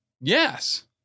Yes